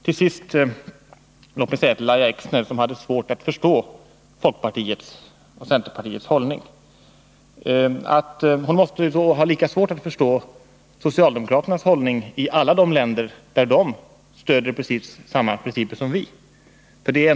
Till sist vill jag säga till Lahja Exner, som hade svårt att förstå folkpartiets och centerpartiets hållning, att hon då måste ha lika svårt att förstå socialdemokraternas hållning i alla de länder där de stöder precis samma principer som vi.